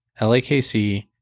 LAKC